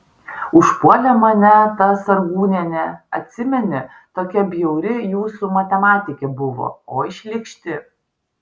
užpuolė mane ta sargūnienė atsimeni tokia bjauri jūsų matematikė buvo oi šlykšti